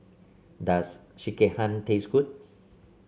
does Sekihan taste good